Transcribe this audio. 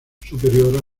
superior